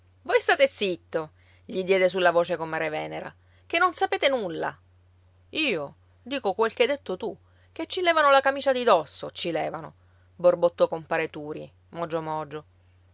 voi state zitto gli diede sulla voce comare venera ché non sapete nulla io dico quel che hai detto tu che ci levano la camicia di dosso ci levano borbottò compare turi mogio mogio